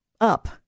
up